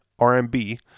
RMB